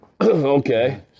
Okay